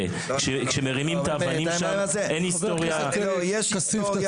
כשמרימים את האבנים שם אין היסטוריה --- יש היסטוריה,